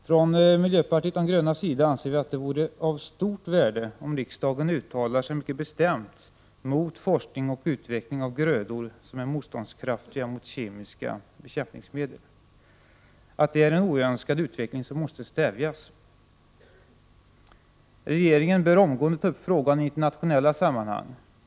Från miljöpartiet de grönas sida anser vi att det vore av stort värde om riksdagen uttalade sig mycket bestämt mot forskning och utveckling av grödor som är motståndskraftiga mot kemiska bekämpningsmedel — att det är en oönskad utveckling som måste stävjas. Regeringen bör omgående ta upp frågan i internationella sammanhang.